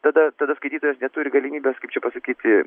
tada tada skaitytojas neturi galimybės kaip čia pasakyti